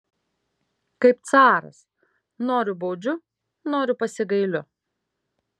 kaip caras noriu baudžiu noriu pasigailiu